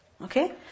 Okay